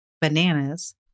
bananas